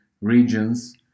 regions